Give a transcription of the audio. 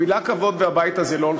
המילה כבוד והבית הזה לא הולכים ביחד.